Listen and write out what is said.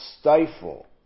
stifle